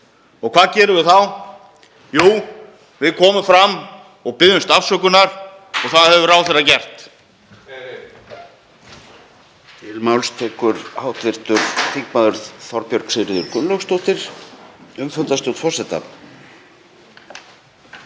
Og hvað gerum við þá? Jú, við komum fram og biðjumst afsökunar og það hefur ráðherra gert.